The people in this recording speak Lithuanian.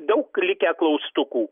daug likę klaustukų